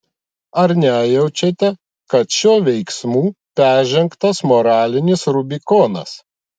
ar nejaučiate kad šiuo veiksmu peržengtas moralinis rubikonas